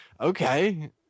okay